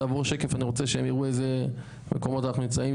תעבור שקף אני רוצה שהם יראו באיזה נקודות אנחנו נמצאים.